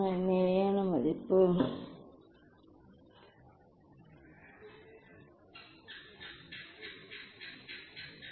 மீண்டும் நான் சொல்லும் மற்றொரு மூலத்துடன் இப்போது மாற்றுவேன்